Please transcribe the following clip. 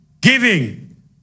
giving